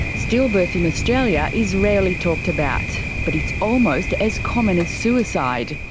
stillbirth in australia is rarely talked about, but it's almost as common as suicide.